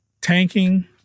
tanking